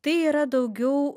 tai yra daugiau